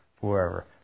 forever